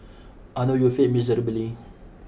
I know you failed miserably